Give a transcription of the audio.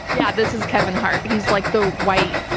yeah. this is kevin hart. he's like the white,